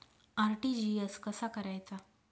RTGS कसा करायचा?